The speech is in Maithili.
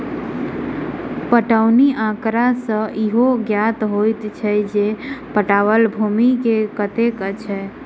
पटौनी आँकड़ा सॅ इहो ज्ञात होइत अछि जे पटाओल भूमि कतेक अछि